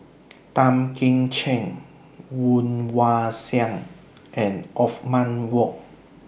Tan Kim Ching Woon Wah Siang and Othman Wok